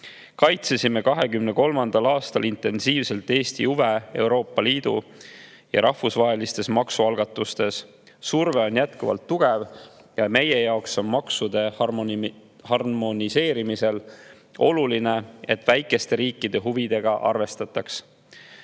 Kaitsesime 2023. aastal intensiivselt Eesti huve Euroopa Liidu ja rahvusvahelistes maksualgatustes. Surve on jätkuvalt tugev ja meie jaoks on oluline, et maksude harmoneerimisel arvestataks väikeste riikide huvidega.